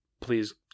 please